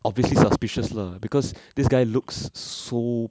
obviously suspicious lah because this guy looks so